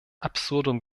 absurdum